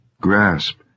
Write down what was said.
Grasp